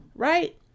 Right